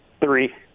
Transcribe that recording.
Three